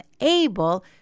able